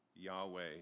Yahweh